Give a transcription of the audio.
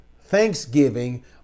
thanksgiving